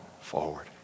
forward